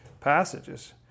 passages